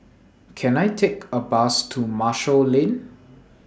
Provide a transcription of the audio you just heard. Can I Take A Bus to Marshall Lane